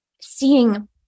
seeing